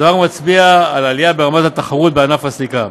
הדבר מצביע על עלייה ברמת התחרות בענף הסליקה.